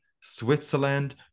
Switzerland